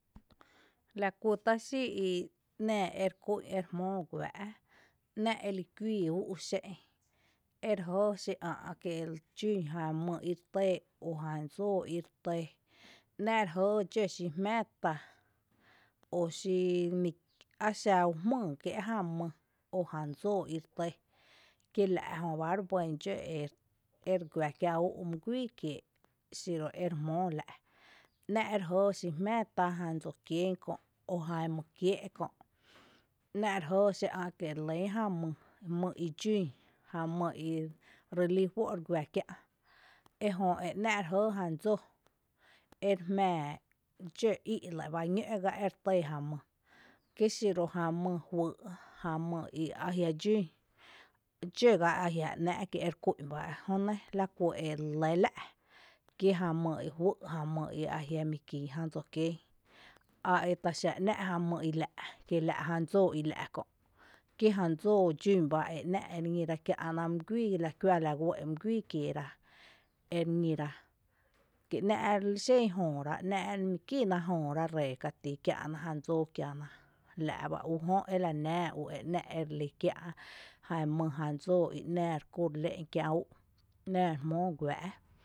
Lá kú tá’ xíi’ i ‘nⱥⱥ ere kú’n ere jmóo guⱥⱥ’ ‘nⱥ’ eli kuíi ú’n xé’n ere jǿǿ xí ä’n kié’ dxún jan mý ire tɇɇ o jan dsóo ire tɇɇ, ‘nⱥ’ re jɇɇ dxǿ xí jmⱥⱥ tá o xii á xa umýyý kíé’ ján mý o jan dsoo ire tɇɇ kíla’ jöba re bɇn dxǿ ere guⱥ kiä’ úu’ mý guíi kiee’ xiro ere jmóo la’, ‘nⱥ’ ere jɇɇ xí jmⱥⱥ tá jan dsóó kién kö’ o jan mý kié’ kö, ‘nⱥ’ rejɇɇ xí ä’ kie’ re lýn jan mý i dxún jan mý irelí juó’ ere guⱥ kiä’, ejö e ‘Nⱥ’ re jɇɇ jan dsóó ere jmⱥⱥ dxǿ lega bá í’ e ñǿ’ gá ere tɇɇ jan mý, kí xiru jan mý juýý’ mý i ajiä’ dxún dxǿ gá ajia’ ‘nⱥ’ ere kún’n bá jönɇ ela kú ere lɇ la’, kí jan mý e juý’ jan mý i ajia’ mi kin jan dsóó kien aetaxa ‘nⱥ’ jan mý ila’ kiela’ jan dsóo ila’ kö’, kí jan dsóo dxún bá e ‘nⱥ’ ere ñíra kiä’na mý guíi la kuⱥⱥ’ la uɇɇ’ mý guíi kieera ere ñíra kí ‘nⱥ’ lixen jööra ‘nⱥ’ remi kína jö¨ra ree katí kiä’na jan dsoo kiana, la’ ba ú jö ela nⱥⱥ ‘nⱥ’ erelí kiá’ jan mý jan dsoó ‘nⱥⱥ rekú’n re le’en kia? Úu’ ‘nⱥⱥ re jmóo guⱥⱥ’